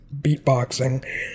beatboxing